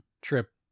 trip